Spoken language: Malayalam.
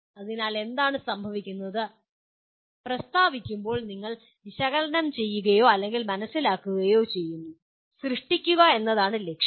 അതിനാൽ എന്താണ് സംഭവിക്കുന്നത് പ്രസ്താവിക്കുമ്പോൾ നിങ്ങൾ വിശകലനം ചെയ്യുകയോ അല്ലെങ്കിൽ മനസ്സിലാക്കുകയോ ചെയ്യുന്നു സൃഷ്ടിക്കുക എന്നതാണ് ലക്ഷ്യം